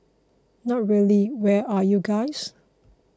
no really where are you guys